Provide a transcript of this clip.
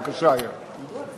בבקשה, אייל.